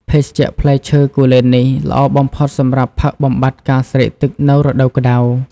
ភេសជ្ជៈផ្លែឈើគូលែននេះ ល្អបំផុតសម្រាប់ផឹកបំបាត់ការស្រេកទឹកនៅរដូវក្ដៅ។